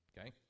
Okay